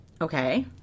Okay